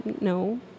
No